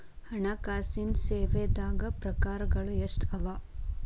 ಹಣ್ಕಾಸಿನ್ ಸೇವಾದಾಗ್ ಪ್ರಕಾರ್ಗಳು ಎಷ್ಟ್ ಅವ?